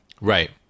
right